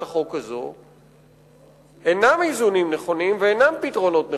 החוק הזו אינם איזונים נכונים ואינם פתרונות נכונים.